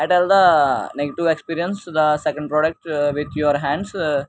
I tell the negative experience the second product with your hands